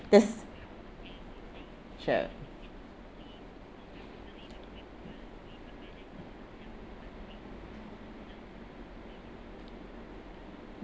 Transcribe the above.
that's sure